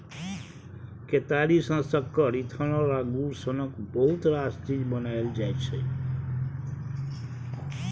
केतारी सँ सक्कर, इथेनॉल आ गुड़ सनक बहुत रास चीज बनाएल जाइ छै